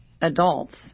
adults